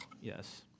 Yes